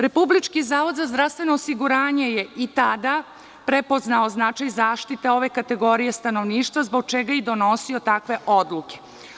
Republički zavod za zdravstveno osiguranje je i tada prepoznao značaj zaštite ove kategorije stanovništva zbog čega je i donosio takve odluke.